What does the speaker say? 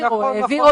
או העביר,